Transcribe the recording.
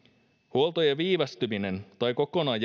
huoltojen viivästyminen tai kokonaan